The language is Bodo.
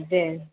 दे